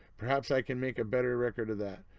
perhaps i can make a better record of that.